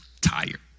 Tired